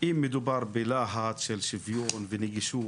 אם מדובר בלהט של שוויון ונגישות,